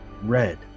red